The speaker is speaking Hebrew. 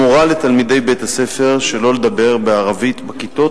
המורה לתלמידי בית-הספר שלא לדבר בערבית בכיתות,